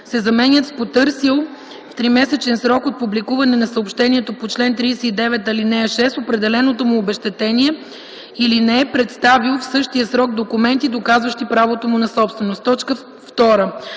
се заменят с „потърсил с тримесечен срок от публикуване на съобщението по чл. 39, ал. 6, определеното му обезщетение или не е представил в същия срок документи, доказващи правото му на собственост.” 2.